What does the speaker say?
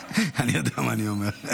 אני יודע מה אני אומר.